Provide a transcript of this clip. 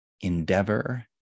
endeavor